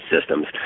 systems